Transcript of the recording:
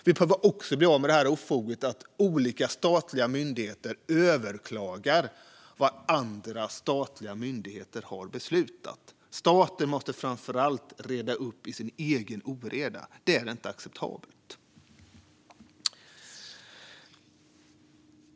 Vi behöver också bli av med ofoget att olika statliga myndigheter överklagar vad andra statliga myndigheter har beslutat. Det är inte acceptabelt - staten måste framför allt reda upp i sin egen oreda.